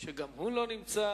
גם הוא לא נמצא.